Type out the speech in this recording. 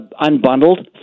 unbundled